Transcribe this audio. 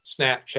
Snapchat